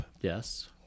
Yes